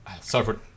suffered